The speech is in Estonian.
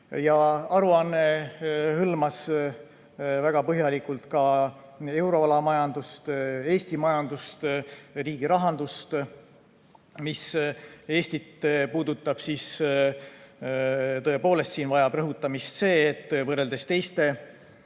Aruanne hõlmas väga põhjalikult euroala majandust, Eesti majandust, riigi rahandust. Mis Eestit puudutab, siis vajab rõhutamist see, et võrreldes teiste